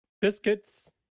Biscuits